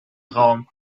raum